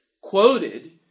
quoted